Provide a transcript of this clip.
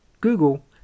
Google